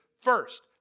first